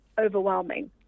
overwhelming